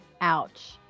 Ouch